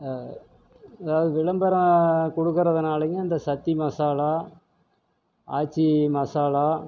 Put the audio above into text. அதாவது விளம்பரம் கொடுக்கறதுனாலயும் இந்த சக்தி மசாலா ஆச்சி மசாலா